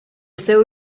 seu